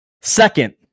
Second